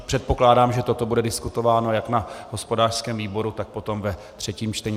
Předpokládám, že toto bude diskutováno jak na hospodářském výboru, tak potom ve třetím čtení.